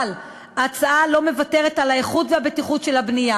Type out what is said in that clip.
אבל ההצעה לא מוותרת על האיכות והבטיחות של הבנייה.